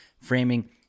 framing